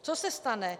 Co se stane?